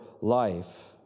life